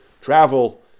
travel